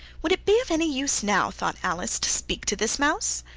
would it be of any use, now thought alice, to speak to this mouse?